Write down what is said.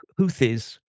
Houthis